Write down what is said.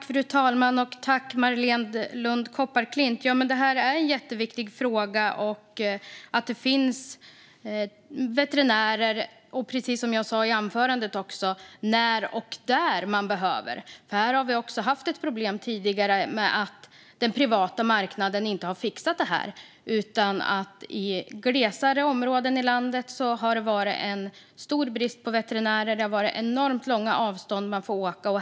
Fru talman! Det är en jätteviktig fråga att det finns veterinärer, precis som jag sa i anförandet, när och där man behöver dem. Vi har tidigare haft problem med att den privata marknaden inte har fixat detta. I mer glest befolkade områden i landet har det varit stor brist på veterinärer, och man har fått åka enormt långt.